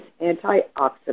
antioxidant